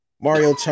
Mario